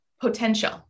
potential